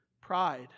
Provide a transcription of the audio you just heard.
pride